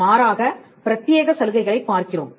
மாறாக பிரத்தியேக சலுகைகளைப் பார்க்கிறோம்